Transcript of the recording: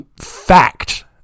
Fact